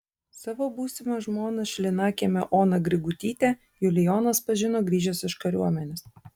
savo būsimą žmoną šlynakiemio oną grigutytę julijonas pažino grįžęs iš kariuomenės